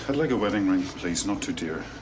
but like a wedding ring, please, not too dear.